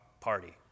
party